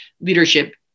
leadership